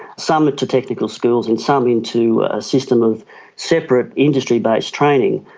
some to technical schools and some into a system of separate industry based training.